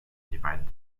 divided